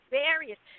various